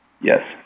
Yes